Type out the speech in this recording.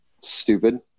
stupid